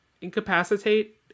incapacitate